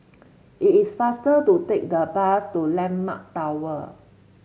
it is faster to take the bus to landmark Tower